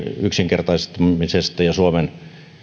yksinkertaistamisesta ja suomen